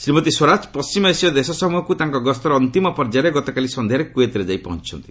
ଶ୍ରୀମତୀ ସ୍ୱରାଜ ପଣ୍ଢିମ ଏସୀୟ ଦେଶ ସମୃହକୁ ତାଙ୍କ ଗସ୍ତର ଅନ୍ତିମ ପର୍ଯ୍ୟାୟରେ ଗତକାଲି ସନ୍ଧ୍ୟାରେ କୁଏତରେ ପହଞ୍ଚିଛନ୍ତି